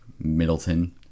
Middleton